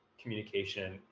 communication